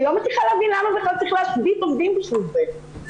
אני לא מבינה למה צריך להשבית עובדים בשביל זה.